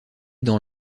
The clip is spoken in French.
dans